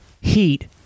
heat